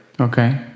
Okay